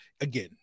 again